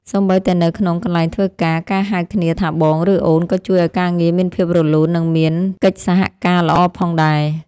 សូម្បីតែនៅក្នុងកន្លែងធ្វើការការហៅគ្នាថាបងឬអូនក៏ជួយឱ្យការងារមានភាពរលូននិងមានកិច្ចសហការល្អផងដែរ។